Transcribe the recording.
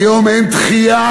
היום אין תחייה.